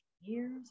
years